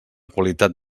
qualitat